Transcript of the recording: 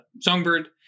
Songbird